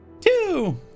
Two